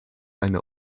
eine